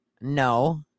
No